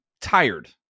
tired